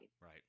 Right